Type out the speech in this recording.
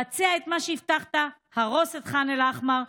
בצע את מה שהבטחת והרוס את ח'אן אל-אחמר",